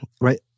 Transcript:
right